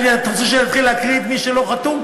אתה רוצה שאני אתחיל להקריא את שמו של מי שלא חתום?